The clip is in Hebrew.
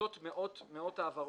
מתבצעות מאות העברות,